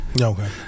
Okay